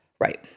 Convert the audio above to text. Right